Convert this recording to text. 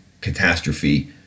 catastrophe